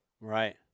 right